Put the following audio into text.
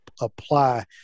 apply